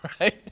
right